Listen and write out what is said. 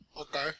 Okay